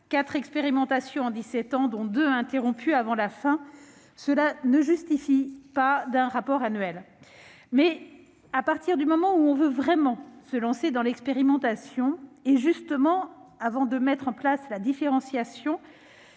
expérimentations en dix-sept ans, dont deux interrompues avant la fin, cela ne justifie pas un rapport annuel ... Mais, à partir du moment où l'on veut vraiment se lancer dans l'expérimentation, et justement avant de mettre en place la différenciation,